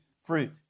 fruit